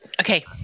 Okay